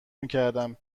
میکردم